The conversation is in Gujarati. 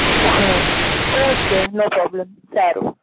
હમ્મ ઓકે નો પ્રોબ્લેમ સારું